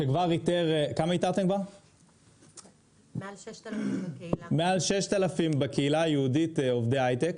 שכבר איתר מעל 6,000 בקהילה היהודית עובדי היי-טק,